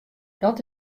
dat